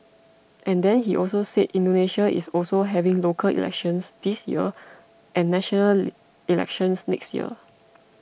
and then he also said Indonesia is also having local elections this year and national elections next year